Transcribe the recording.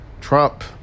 Trump